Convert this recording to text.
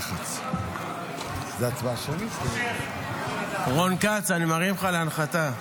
רון כץ, אני מרים לך להנחתה.